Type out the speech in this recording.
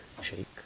shake